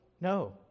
no